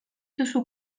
duzu